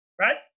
right